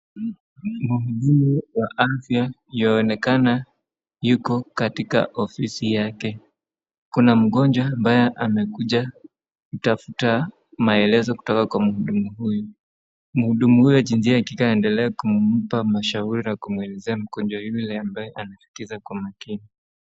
Muhudumu wa afya yuaonekana yuko katika ofisi yake. Kuna mgonjwa ambaye amekuja kutafuta maelezo kutoka kwa muhudumu huyu. Muhudumu huyu jinsia ya kike anaendelea kumpa mashauri na kumwelezea mgonjwa yule ambaye anasikiza kwa makini.